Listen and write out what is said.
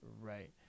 Right